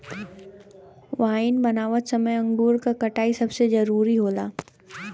wine बनावत समय अंगूर क कटाई सबसे जरूरी होला